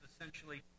essentially